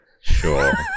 Sure